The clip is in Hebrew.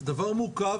זה דבר מורכב